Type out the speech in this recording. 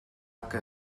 que